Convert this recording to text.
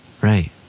Right